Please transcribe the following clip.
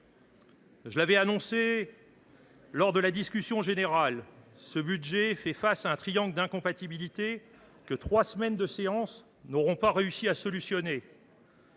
Je l’avais annoncé lors de la discussion générale, ce budget fait face à un triangle d’incompatibilité que trois semaines de séance n’auront pas réussi à résoudre.